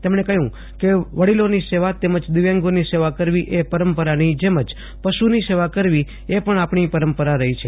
તેમજ્ઞે કહ્યું કે વડીલોની સેવા તેમજ દિવ્યાંગોની સેવા કરવી એ પરંપરાની જેમ જ પશુની સેવા કરવી એ પણ આપણી પરંપરા રહી છે